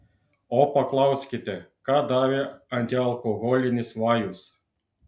o paklauskite ką davė antialkoholinis vajus